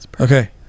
Okay